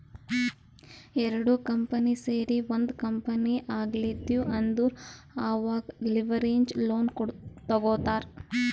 ಎರಡು ಕಂಪನಿ ಸೇರಿ ಒಂದ್ ಕಂಪನಿ ಆಗ್ಲತಿವ್ ಅಂದುರ್ ಅವಾಗ್ ಲಿವರೇಜ್ ಲೋನ್ ತಗೋತ್ತಾರ್